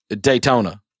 Daytona